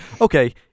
okay